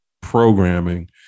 programming